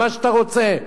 מה שאתה רוצה,